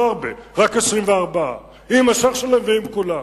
לא הרבה, רק 24. עם השיח' שלו ועם כולם.